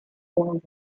formed